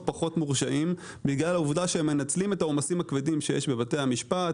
מורשעים בגלל העובדה שהם מנצלים את העומסים הכבדים שיש בבתי המשפט,